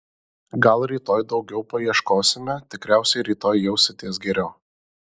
gal rytoj daugiau paieškosime tikriausiai rytoj jausitės geriau